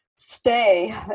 stay